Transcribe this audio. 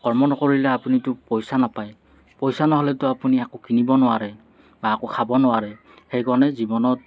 কৰ্ম নকৰিলে আপুনিতো পইচা নাপায় পইচা নহ'লেতো আপুনি একো কিনিব নোৱাৰে বা একো খাব নোৱাৰে সেইকাৰণে জীৱনত